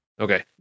Okay